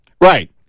Right